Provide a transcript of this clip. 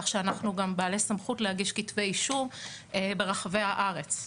כך שאנחנו גם בעלי סמכות להגיש כתבי אישום ברחבי הארץ,